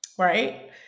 Right